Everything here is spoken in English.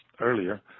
earlier